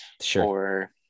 Sure